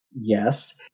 Yes